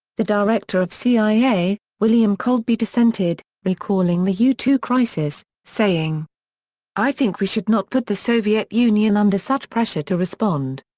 the director of cia, william colby dissented, recalling the u two crisis, saying i think we should not put the soviet union under such pressure to respond.